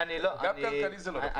גם כלכלית זה לא רווחי.